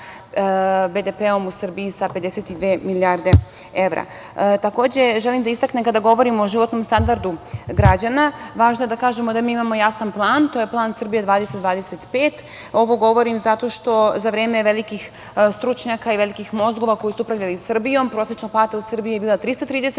BDP-om u Srbiji sa 52 milijarde evra. Takođe, želim da istaknem, kada govorimo o životnom standardu građana, važno je da kažemo da mi imamo jasan plan. To je plan „Srbija 2025“. Ovo govorim zato što za vreme velikih stručnjaka i velikih mozgova koji su upravljali Srbijom, prosečna plata u Srbiji je bila 330 evra.